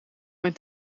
mijn